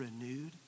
renewed